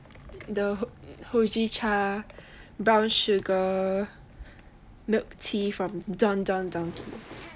the Hojicha brown sugar milk tea from Don Don Donki